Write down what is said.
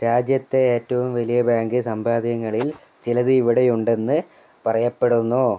രാജ്യത്തെ ഏറ്റവും വലിയ ബാങ്ക് സമ്പാദ്യങ്ങളിൽ ചിലത് ഇവിടെയുണ്ടെന്ന് പറയപ്പെടുന്നു